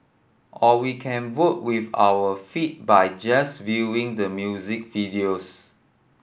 or we can vote with our feet by just viewing the music videos